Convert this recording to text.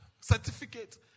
certificate